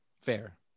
Fair